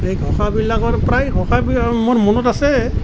এই ঘোষাবিলকৰ প্ৰায় ঘোষাবিলাকেই মোৰ মনত আছে